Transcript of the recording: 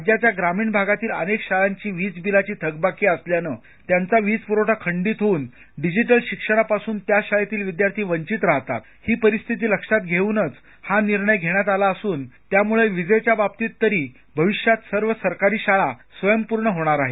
राज्याच्या ग्रामीण भागातील अनेक शाळांची वीज बिलाची थकबाकी असल्यानं त्यांचा वीज पुरवठा खंडित होऊन डिजिटल शिक्षणापासून त्या शाळेतील विद्यार्थी वंचित राहत आहेत ही परिस्थिती लक्षात घेऊनच हा निर्णय घेण्यात आला असून त्यामुळं विजेच्या बाबतीत तरी भविष्यात सर्व सरकारी शाळा स्वयंपूर्ण होणार आहेत